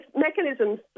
mechanisms